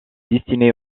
destinée